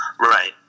Right